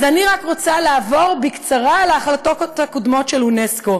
אז אני רק רוצה לעבור בקצרה על ההחלטות הקודמות של אונסק"ו,